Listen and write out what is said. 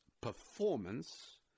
performance